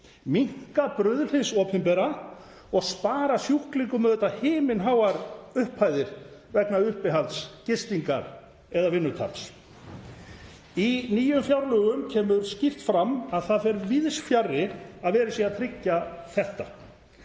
minnka bruðl hins opinbera og spara sjúklingum auðvitað himinháar upphæðir vegna uppihalds, gistingar eða vinnutaps. Í nýjum fjárlögum kemur skýrt fram að því fer víðs fjarri að verið sé að tryggja þetta.